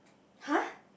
[huh]